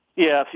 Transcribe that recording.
yeah,